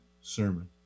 sermon